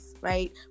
right